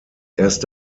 erst